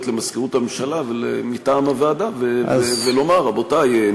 למזכירות הממשלה מטעם הוועדה ולומר: רבותי,